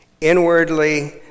Inwardly